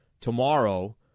tomorrow